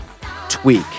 tweak